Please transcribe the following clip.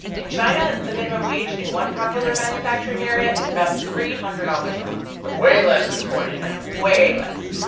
in china, the minimum wage in one popular manufacturing area is about three hundred dollars a month so way less than twenty an hour way less.